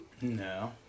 No